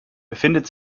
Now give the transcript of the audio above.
befindet